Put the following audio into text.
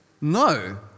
No